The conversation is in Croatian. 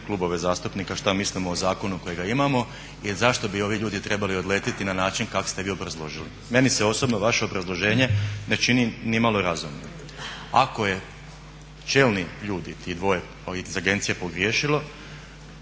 klubove zastupnike šta mislimo o zakonu kojega imamo i zašto bi ovi ljudi trebali odletiti na na način kak' ste vi obrazložili. Meni se osobno vaše obrazloženje ne čini ni malo razumno. Ako čelni ljudi, ti dvoje iz agencije pogriješilo,